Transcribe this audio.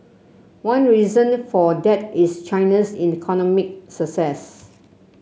one reason for that is China's economic success